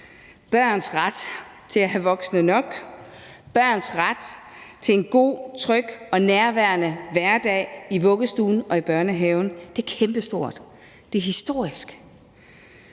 børns ret til at have voksne nok. Børns ret til en god, tryg og nærværende hverdag i vuggestuen og børnehaven er kæmpestort. Det er historisk.